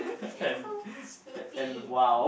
yes orh stupid